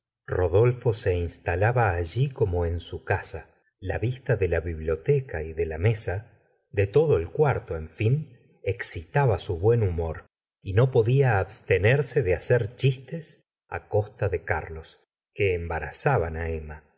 rodolfo se instalaba allí como en su casa la vista de la biblioteca y de la mesa de todo el cuarto en fin excitaba su buen humor y no podía abstenerse de hacer chistes costa de carlos que embarazaban emma